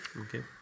okay